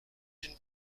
une